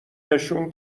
نشون